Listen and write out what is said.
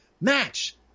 match